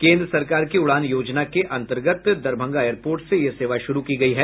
केंद्र सरकार के उड़ान योजना के अंतर्गत दरभंगा एयरपोर्ट से यह सेवा शुरू की गई है